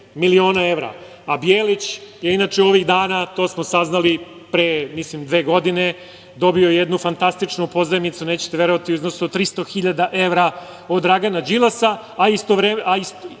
miliona evra. Bijelić je inače ovih dana, to smo saznali pre, mislim, dve godine, dobio jednu fantastičnu pozajmicu, nećete verovati, u iznosu od 300 hiljada evra od Dragana Đilasa.